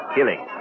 Killing